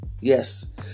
Yes